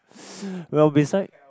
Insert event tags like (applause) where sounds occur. (noise) well beside